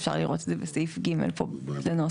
אפשר לראות את זה בסעיף ג' בנוסח.